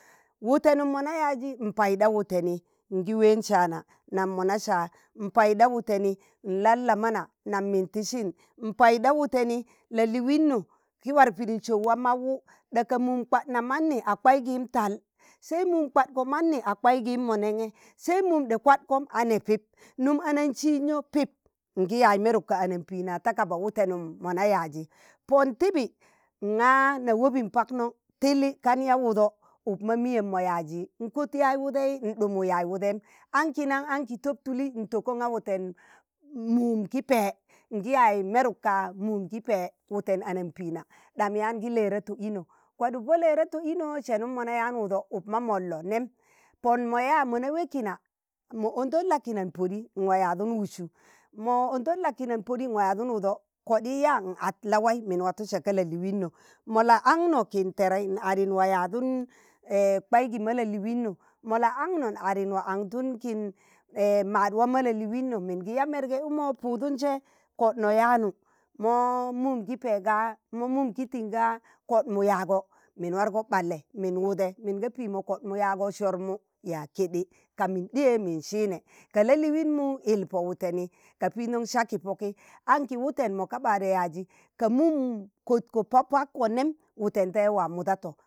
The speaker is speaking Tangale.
wutenum mo na yaazi npaiɗa wateini, ngi ween sạana nam mo na sạa, n'paiɗa wuteni n'lal la mana nam min tisin, npaiɗa ɗa wuteni la'liino ki war pidi seo wan mawu ɗaga mum kwadno ma a kwaijim tal se mum kwadna manni a kwaijim mo nenge sai mum de kwadkom a ne pip num anan siijno pip ngi yaaz meruk ka anampiina ta kaba wutenum mo na yaazi, pon tibi nga na wobin pakno tili kan yaa wụdo uk ma miyem mo yaazi, nkot yaaz wudei nɗumuk yaaz wudeium anki nan anki tab tuli ntokon ga wuten mum ki pee ngi yaaz meruk ka mum ki pee wuten anampiina ɗam yaan ki lerato ino kwaɗuk po lerato, ino senum mo na yaan wudo uk ma molno nem pon mo yaa mo na wee kina mo ondon la kina n'podi n'waa yadun wudsu mo ondon la'kina n'podi n'waa yadun wado kodii yaa n'at la'waii min watu saa ka la'liino mo la ankno kin terei n'adi, n'waa yadun kwai ki ma ka'liino, mo la'ankno n'adi nwaa andun kin maad waa ma la'liino min gi yaa merge ukmo puudun se kodno yaanu mo mum ki pẹẹ ka, mo mum kị tiṇ kaa koɗmu yaago min wargo ɓalle mun wude min ga kodmu yạago sormu yaag keɗe kamin ɗiye min siine ka la'liinmu yil po wụteni ka pindon saa ki poki anki wuten mo ka ɓarẹ yaazi ka mum kotko po pakko nem wuten te waa mudato,